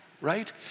right